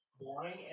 boring